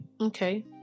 Okay